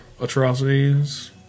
atrocities